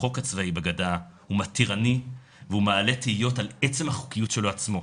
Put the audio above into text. החוק הצבאי בגדה הוא מתירני והוא מעלה תהיות על עצם החוקיות שלו עצמו.